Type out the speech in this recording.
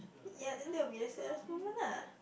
ya then that will be the saddest moment lah